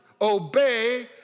obey